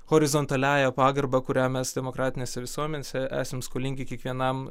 horizontaliąja pagarba kurią mes demokratinėse visuomenėse esam skolingi kiekvienam